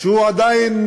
שהוא עדיין